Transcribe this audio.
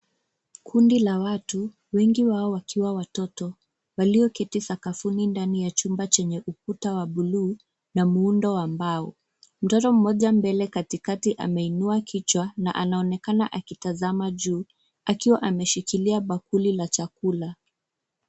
Kundi la watu, wengi wao wakiwa watoto, walioketi sakafuni ndani ya chumba chenye ukuta wa blue , na muundo wa mbao. Mtoto mmoja mbele katikati ameinua kichwa na anaonekana akitazama juu, akiwa ameshikilia bakuli la chakula.